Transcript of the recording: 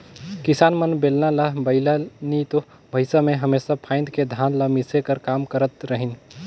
किसान मन बेलना ल बइला नी तो भइसा मे हमेसा फाएद के धान ल मिसे कर काम करत रहिन